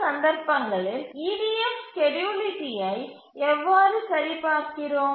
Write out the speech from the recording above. இந்த சந்தர்ப்பங்களில் EDF ஸ்கேட்யூலபிலிட்டியை எவ்வாறு சரிபார்க்கிறோம்